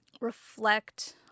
reflect